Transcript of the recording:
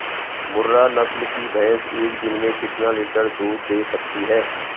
मुर्रा नस्ल की भैंस एक दिन में कितना लीटर दूध दें सकती है?